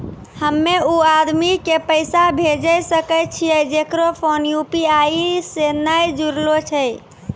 हम्मय उ आदमी के पैसा भेजै सकय छियै जेकरो फोन यु.पी.आई से नैय जूरलो छै?